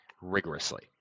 rigorously